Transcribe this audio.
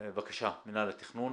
בבקשה, מנהל התכנון.